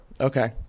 okay